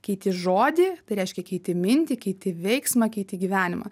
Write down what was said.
keiti žodį tai reiškia keiti mintį keiti veiksmą keiti gyvenimą